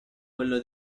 quello